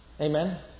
Amen